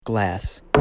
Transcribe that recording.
Glass